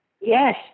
Yes